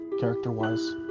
character-wise